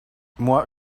moi